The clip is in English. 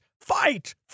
fight